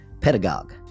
Pedagogue